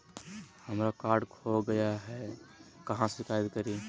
हमरा कार्ड खो गई है, कहाँ शिकायत करी?